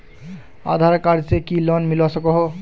आधार card से की loan मिलवा सकोहो?